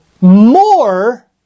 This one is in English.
more